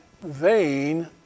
vain